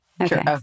Okay